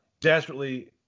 desperately